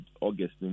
August